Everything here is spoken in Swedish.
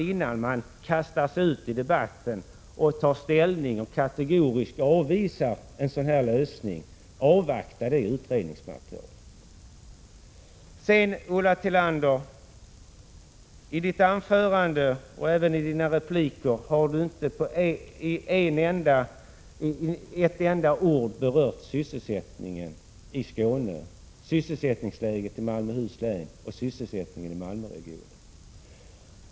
Innan man kastar sig ut i debatten och kategoriskt avvisar en sådan lösning, borde man väl avvakta det utredningsmaterialet. Ulla Tillander har i sitt anförande och sina repliker inte med ett enda ord berört sysselsättningsläget i Malmöhus län och Malmöregionen.